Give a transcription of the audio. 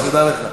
שתדע לך.